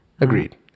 Agreed